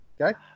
Okay